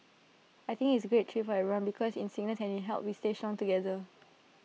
I think it's A great treat for everyone because in sickness and in health we stay strong together